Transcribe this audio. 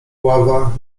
ława